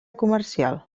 comercial